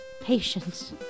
Patience